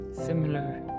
similar